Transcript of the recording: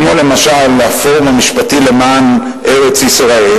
כמו למשל הפורום המשפטי למען ארץ-ישראל,